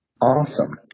Awesome